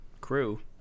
crew